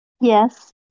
Yes